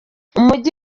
umujyi